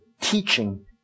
teaching